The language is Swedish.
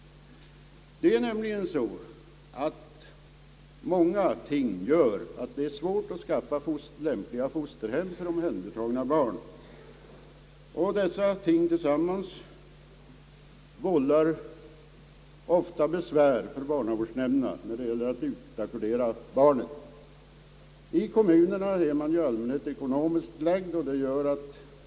Det är nämligen så, att många omständigheter bidrager till att det är svårt att skaffa lämpliga fosterhem för omhändertagna barn. Dessa ting tillsammans vållar ofta besvär för barnavårdsnämnderna när det gäller att utackordera barnen. I kommunerna är man i allmänhet ekonomiskt lagd.